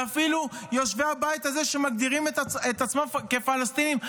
ואפילו יושבי הבית הזה שמגדירים את עצמם כפלסטינים,